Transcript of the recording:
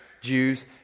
Jews